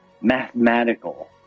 mathematical